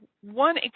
one